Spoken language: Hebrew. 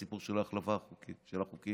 הסיפור של ההחלפה של החוקים.